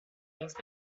diez